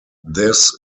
this